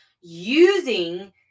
using